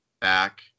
back